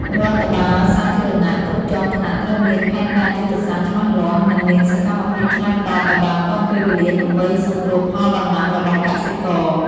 រដ្ឋបាលសាធារណៈគ្រប់ជាន់ថ្នាក់ត្រូវមានផែនការយុទ្ធសាស្ត្រច្បាស់លាស់ និងមានសកម្មភាពឆ្លើយតបឱ្យបានទាន់ពេលវេលាដើម្បីសង្គ្រោះផលដំណាំរបស់កសិករ។